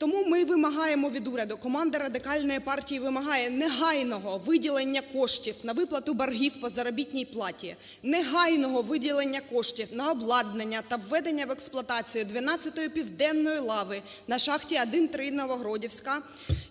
Тому ми вимагаємо від уряду, команда Радикальної партії вимагає негайного виділення коштів на виплату боргів по заробітній платі, негайного виділення коштів на обладнання та введення в експлуатацію 12-ї південної лави на "Шахті 1-3 "Новогродівська",